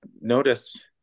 notice